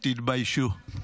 תתביישו.